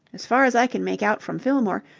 as far as i can make out from fillmore,